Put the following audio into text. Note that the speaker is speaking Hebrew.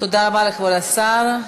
תודה רבה לכבוד השר.